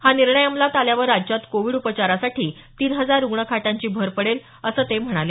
हा निर्णय अंमलात आल्यावर राज्यात कोविड उपचारासाठी तीन हजार रुग्णखाटांची भर पडेल असं ते म्हणाले